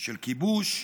של כיבוש,